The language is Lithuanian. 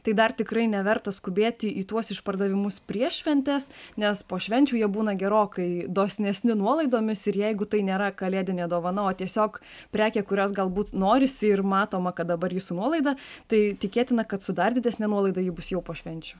tai dar tikrai neverta skubėti į tuos išpardavimus prieš šventes nes po švenčių jie būna gerokai dosnesni nuolaidomis ir jeigu tai nėra kalėdinė dovana o tiesiog prekė kurios galbūt norisi ir matoma kad dabar ji su nuolaida tai tikėtina kad su dar didesne nuolaida ji bus jau po švenčių